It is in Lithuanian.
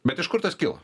bet iš kur tas kilo